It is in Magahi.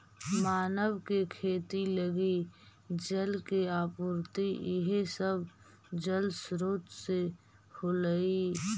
मानव के खेती लगी जल के आपूर्ति इहे सब जलस्रोत से होलइ